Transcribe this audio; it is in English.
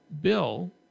bill